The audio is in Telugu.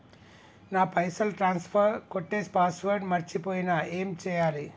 నా పైసల్ ట్రాన్స్ఫర్ కొట్టే పాస్వర్డ్ మర్చిపోయిన ఏం చేయాలి?